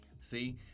See